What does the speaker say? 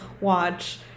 watch